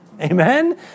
Amen